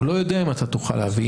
או לא יודע אם אתה תוכל להביא,